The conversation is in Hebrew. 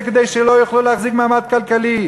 זה כדי שלא יוכלו להחזיק מעמד כלכלי.